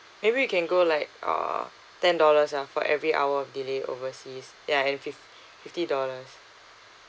maybe we can go like uh ten dollars ah for every hour of delay overseas ya and fif~ fifty dollars